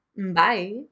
bye